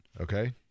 Okay